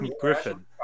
Griffin